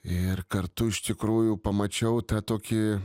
ir kartu iš tikrųjų pamačiau tą tokį